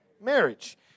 Marriage